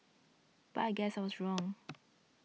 but I guess I was wrong